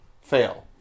fail